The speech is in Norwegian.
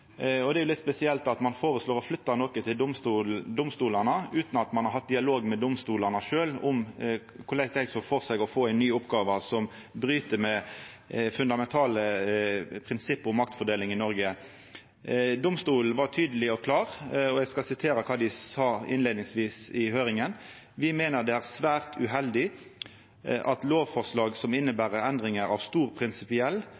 litt spesielt at ein føreslår å flytta noko til domstolane, utan at ein har hatt dialog med domstolane sjølve om korleis dei såg føre seg å få ei ny oppgåve som bryt med fundamentale prinsipp om maktfordeling i Noreg. Domstoladministrasjonen var tydeleg og klar, og eg skal sitera kva dei sa ved innleiinga av høyringa: «Vi mener det er svært uheldig at lovforslag som